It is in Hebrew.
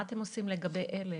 מה אתם עושים לגבי אלה?